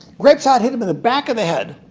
quick shot hit him in the back of the head,